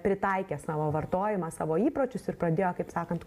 pritaikė savo vartojimą savo įpročius ir pradėjo kaip sakant